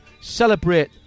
Celebrate